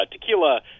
tequila